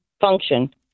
function